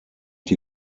die